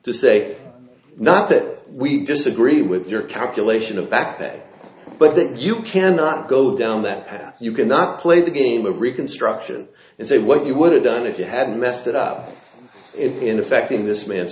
to say not that we disagree with your calculation to back that but that you cannot go down that path you cannot play the game of reconstruction and say what you would have done if you hadn't messed it up in affecting this man